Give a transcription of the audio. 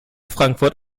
frankfurt